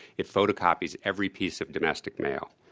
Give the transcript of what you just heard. it photocopies every piece of domestic mail,